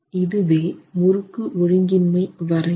இதுவே முறுக்கு ஒழுங்கின்மை வரையறை